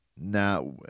Now